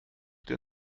der